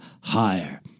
higher